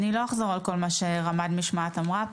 אין לנו עמדה בנושא החלה על חיילי צה"ל,